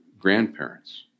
grandparents